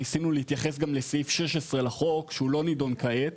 ניסינו להתייחס גם לסעיף 16 לחוק שהוא לא נידון כעת,